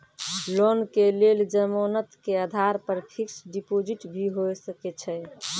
Loan के लेल जमानत के आधार पर फिक्स्ड डिपोजिट भी होय सके छै?